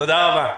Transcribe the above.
תודה רבה.